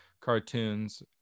cartoons